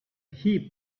heap